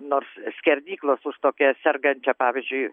nors skerdyklos už tokią sergančią pavyzdžiui